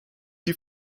die